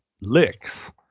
licks